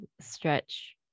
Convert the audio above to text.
stretch